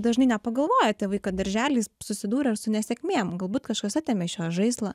dažnai nepagalvoja tėvai kad daržely jis susidūrė ir su nesėkmėm galbūt kažkas atėmė iš jo žaislą